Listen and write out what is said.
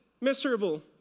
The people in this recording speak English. miserable